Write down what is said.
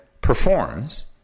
performs